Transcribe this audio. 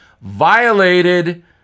violated